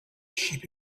sheep